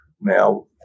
Now